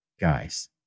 guys